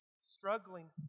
struggling